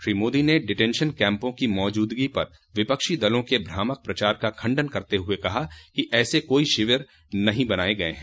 श्री मोदी ने डिटेन्शन कैम्पों की मौजूदगी पर विपक्षी दलों के भ्रामक प्रचार का खंडन करते हुए कहा कि ऐसे कोई शिविर नहीं बनाये गये हैं